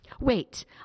Wait